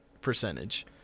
percentage